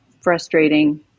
frustrating